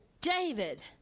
David